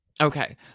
Okay